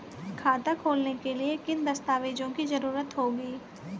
खाता खोलने के लिए किन किन दस्तावेजों की जरूरत होगी?